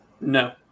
No